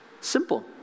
simple